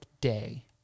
day